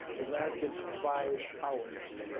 it lasted five hours.